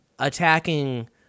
attacking